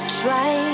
try